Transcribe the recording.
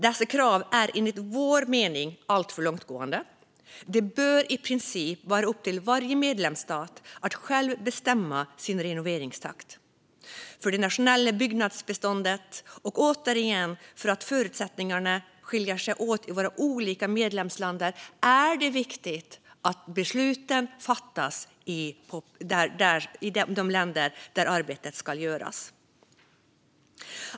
Dessa krav är enligt vår mening alltför långtgående. Det bör i princip vara upp till varje medlemsstat att själv bestämma renoveringstakten för det nationella byggnadsbeståndet. Återigen: Eftersom förutsättningarna skiljer sig åt i våra olika medlemsländer är det viktigt att besluten fattas i det land där arbetet ska göras.